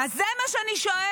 אז זה מה שאני שואלת.